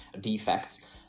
defects